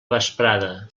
vesprada